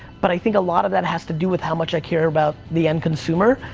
but i think a lot of that has to do with how much i care about the end consumer.